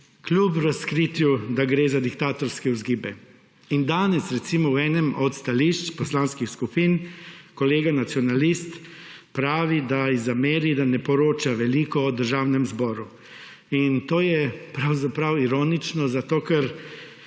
kljub razkritju, da gre za diktatorske vzgibe in danes recimo v enem od stališč poslanskih skupin kolega nacionalist pravi, da ji zameri, da ne poroča veliko o Državnem zboru in to je pravzaprav ironično, zato ker